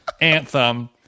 anthem